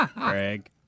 Greg